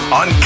on